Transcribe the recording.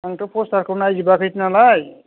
आंथ' पस्टारखौ नायजोबाखै नालाय